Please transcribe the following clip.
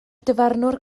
dyfarnwr